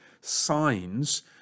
signs